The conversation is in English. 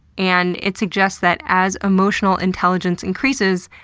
and it suggests that as emotional intelligence increases,